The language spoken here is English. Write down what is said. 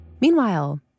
Meanwhile